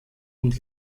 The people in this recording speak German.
und